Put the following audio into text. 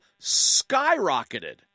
skyrocketed